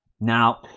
now